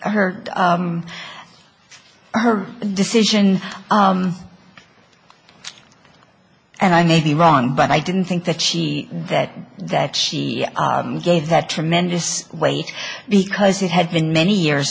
her her decision and i may be wrong but i didn't think that she that that she gave that tremendous weight because it had been many years